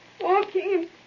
Walking